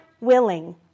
willing